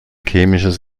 chemisches